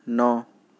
نو